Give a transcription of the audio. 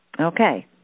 Okay